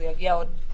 זה יגיע עוד שבועיים.